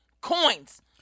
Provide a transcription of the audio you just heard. coins